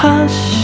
Hush